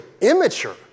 immature